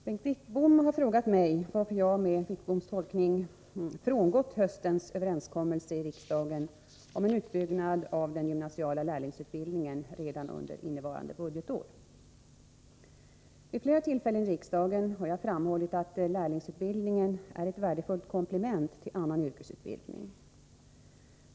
Herr talman! Bengt Wittbom har frågat mig varför jag — med Wittboms tolkning — frångått höstens överenskommelse i riksdagen om en utbyggnad av den gymnasiala lärlingsutbildningen redan under innevarande budgetår. Vid flera tillfällen i riksdagen har jag framhållit att lärlingsutbildningen är ett värdefullt komplement till annan yrkesutbildning.